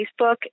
Facebook